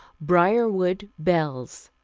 briarwood bells.